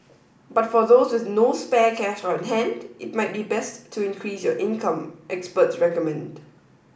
but for those with no spare cash on hand it might be best to increase your income experts recommend